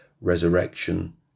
resurrection